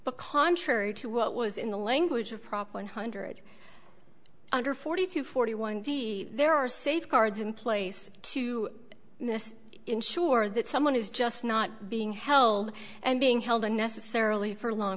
but contrary to what was in the language of prop one hundred under forty two forty one d there are safeguards in place to miss ensure that someone is just not being held and being held unnecessarily for a long